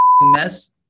mess